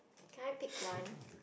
can I take one